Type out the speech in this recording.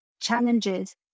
challenges